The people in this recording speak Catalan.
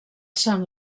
sant